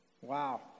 wow